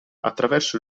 attraverso